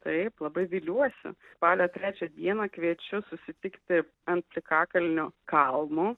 tai labai viliuosi spalio trečią dieną kviečiu susitikti ant plikakalnio kalno